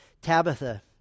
Tabitha